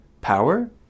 power